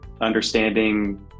understanding